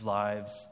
lives